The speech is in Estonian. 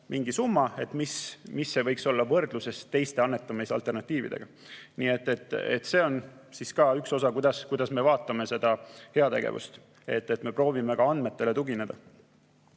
mingi summa, mis see võiks olla võrdluses teiste annetamisalternatiividega. Nii et see on ka üks osa, kuidas me vaatame seda heategevust. Me proovime andmetele tugineda.